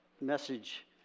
message